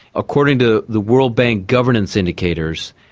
according to the world bank governance indicators,